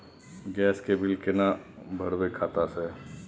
Gas के bill केना भरबै खाता से?